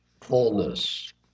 fullness